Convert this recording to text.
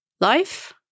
Life